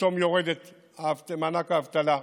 פתאום יורד מענק האבטלה.